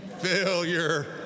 failure